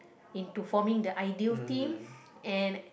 into forming the ideal team and